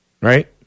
right